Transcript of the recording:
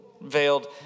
veiled